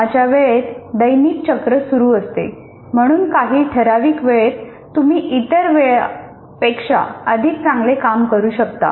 कामाच्या वेळेत दैनिक चक्र सुरू असते म्हणून काही ठराविक वेळेत तुम्ही इतर वेळेपेक्षा अधिक चांगले काम करू शकता